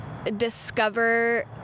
Discover